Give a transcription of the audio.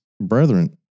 brethren